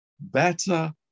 better